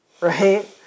right